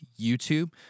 YouTube